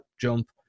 jump